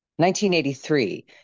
1983